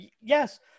yes